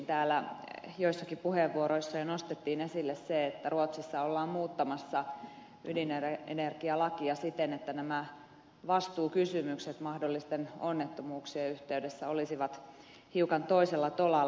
täällä joissakin puheenvuoroissa jo nostettiin esille se että ruotsissa ollaan muuttamassa ydinenergialakia siten että nämä vastuukysymykset mahdollisten onnettomuuksien yhteydessä olisivat hiukan toisella tolalla